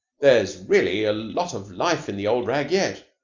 there's really a lot of life in the old rag yet.